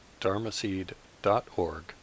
dharmaseed.org